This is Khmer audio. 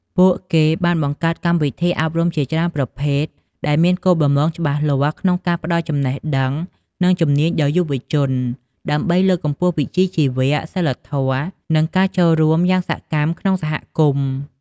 ពួកគេបានបង្កើតកម្មវិធីអប់រំជាច្រើនប្រភេទ ដែលមានគោលបំណងច្បាស់លាស់ក្នុងការផ្តល់ចំណេះដឹង និងជំនាញដល់យុវជន ដើម្បីលើកកម្ពស់វិជ្ជាជីវៈ សីលធម៌ និងការចូលរួមយ៉ាងសកម្មក្នុងសង្គម។